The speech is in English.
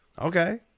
okay